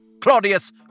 Claudius